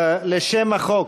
שם החוק,